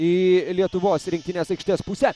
į lietuvos rinktinės aikštės pusę